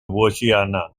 oceania